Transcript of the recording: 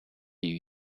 few